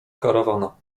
karawana